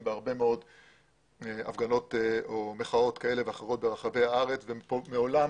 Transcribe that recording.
בהרבה מאוד מחאות כאלה ואחרות ברחבי הארץ ומעולם